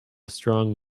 strong